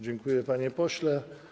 Dziękuję, panie pośle.